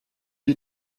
die